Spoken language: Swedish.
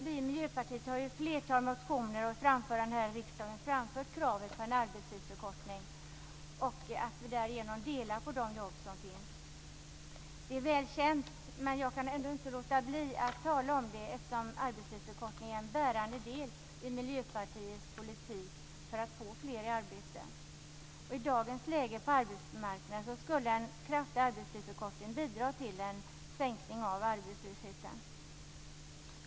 Vi i Miljöpartiet har i ett flertal motioner och framföranden här i riksdagen framfört kravet på en arbetstidsförkortning och att vi därigenom delar på de jobb som finns. Detta är väl känt, men jag kan ändå inte låta bli att tala om det eftersom arbetstidsförkortningen är en bärande del i Miljöpartiets politik för att få fler i arbete. I dagens läge på arbetsmarknaden skulle en kraftig arbetstidsförkortning bidra till en sänkning av arbetslösheten.